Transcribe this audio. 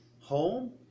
home